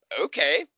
Okay